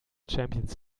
champions